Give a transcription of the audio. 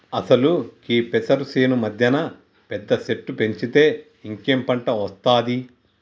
అసలు గీ పెసరు సేను మధ్యన పెద్ద సెట్టు పెంచితే ఇంకేం పంట ఒస్తాది